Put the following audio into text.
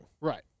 Right